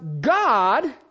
God